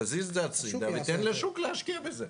תזיז את זה הצידה ותן לשוק להשקיע בזה.